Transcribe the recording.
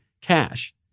cash